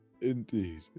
Indeed